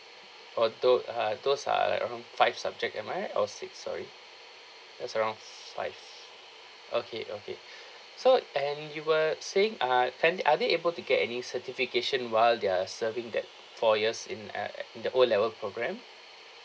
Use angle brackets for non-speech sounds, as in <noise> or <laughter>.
oh tho~ ah those are like around five subject am I right or six sorry that's around five okay okay <breath> so and you were saying ah then are they able to get any certification while they're serving that four years in uh in the O level programme